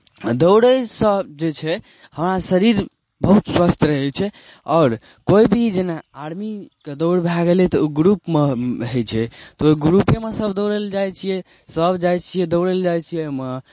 दौड़यसँ जे छै हमरा शरीर बहुत स्वस्थ रहै छै आओर कोइ भी जेना आर्मी के दौड़ भए गेलै तऽ ओ ग्रुपमे होइ छै तऽ ओहि ग्रुपेमे सभ दौड़य लेल जाइ छियै सभ जाइ छियै दौड़य लेल जाइ छियै ओहिमे